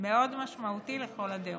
מאוד משמעותי לכל הדעות,